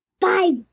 five